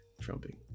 trumping